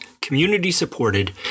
community-supported